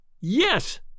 Yes